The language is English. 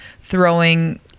throwing